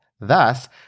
thus